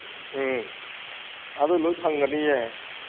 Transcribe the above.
ꯎꯝ ꯑꯗꯨ ꯂꯣꯏ ꯐꯪꯒꯅꯤꯌꯦ